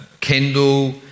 Kendall